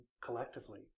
collectively